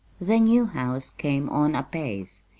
the new house came on apace.